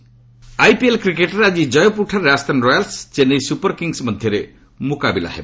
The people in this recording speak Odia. ଆଇପିଏଲ୍ ଆଇପିଏଲ୍ କ୍ରିକେଟ୍ରେ ଆଜି କୟପୁରଠାରେ Rajasthan Royals Chennai Super Kings ମଧ୍ୟରେ ମୁକାବିଲା ହେବ